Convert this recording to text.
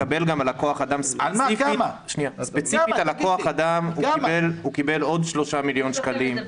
מקבל גם על הכוח אדם - ספציפית הוא קיבל עוד שלושה מיליון שקלים.